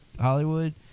Hollywood